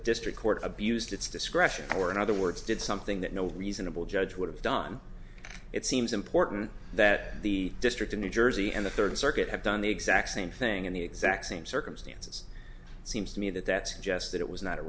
district court abused its discretion or in other words did something that no reasonable judge would have done it seems important that the district of new jersey and the third circuit have done the exact same thing in the exact same circumstances seems to me that that suggests that it was not